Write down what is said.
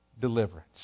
deliverance